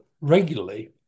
regularly